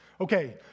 Okay